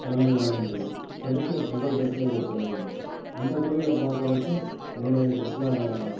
பழமை வாய்ந்தது சரித்திர புகழ்பெற்ற ஒரு கோயிலுங்க அந்த கோயிலை பார்க்குறதுக்கும் நிறைய சுற்றுலா